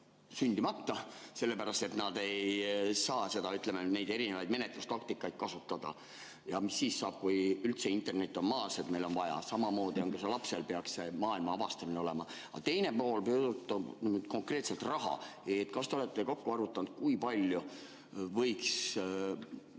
sündimata, sellepärast et nad ei saa, ütleme, neid erinevaid menetlustaktikaid kasutada. Ja mis siis saab, kui üldse internet on maas? Samamoodi ka lapsel peaks see maailma avastamine olema. Aga teine pool puudutab konkreetselt raha. Kas te olete kokku arvutanud, kui palju võiks